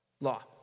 law